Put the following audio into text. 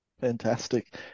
Fantastic